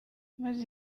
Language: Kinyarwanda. maze